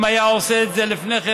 אם היה עושה את זה לפני כן,